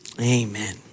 Amen